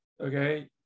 okay